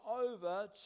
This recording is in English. over